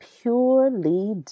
purely